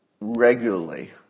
regularly